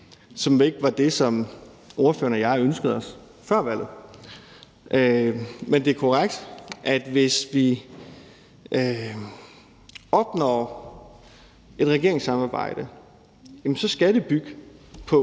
som ikke var det, som ordføreren og jeg ønskede os før valget. Men det er korrekt, at hvis vi opnår et regeringssamarbejde, så skal det også bygge på